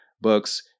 books